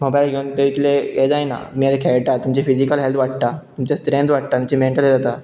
mobile घेवन ते इतलें जायना आमी खेळटा तुमचे फिजिकल हेल्त वाडा तुमचे स्ट्रँथ वाडटा तुमचे मेंटल हेल्त जाता